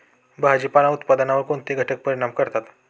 भाजीपाला उत्पादनावर कोणते घटक परिणाम करतात?